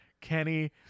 Kenny